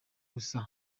gusa